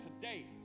today